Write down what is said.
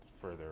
further